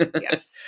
yes